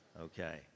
Okay